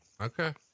Okay